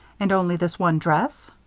and only this one dress!